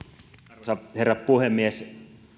arvoisa herra puhemies